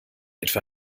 etwa